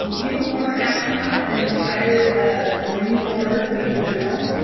he's a former astronaut and retired ah marine corps major general,